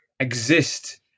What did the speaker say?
exist